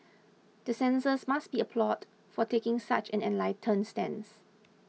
the censors must be applauded for taking such an enlightened stance